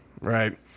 right